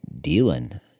dealing